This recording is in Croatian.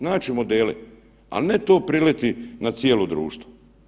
Naći modele, ali ne to priliti na cijelo društvo.